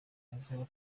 azira